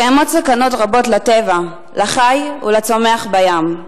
קיימות סכנות רבות לטבע, לחי ולצומח בים,